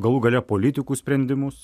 galų gale politikų sprendimus